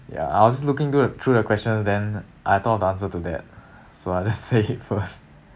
ya I was just looking good through the question then I thought of the answer to that so I just say it first